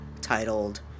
titled